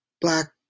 black